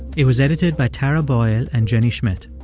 it was edited by tara boyle and jenny schmidt.